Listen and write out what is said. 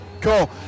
Cool